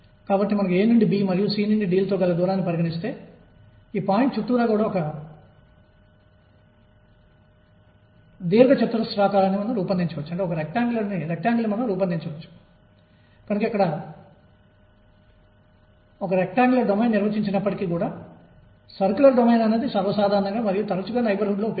కాబట్టి ఈ షరతుతో నేను హార్మోనిక్ ఆసిలేటర్ హరాత్మక డోలకానికి కూడా సరైన సమాధానం పొందుతాను